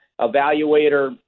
evaluator